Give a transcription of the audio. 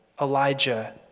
Elijah